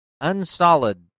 unsolid